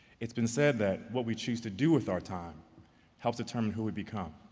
it's been said that what we choose to do with our time helps determine who we become.